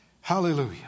Hallelujah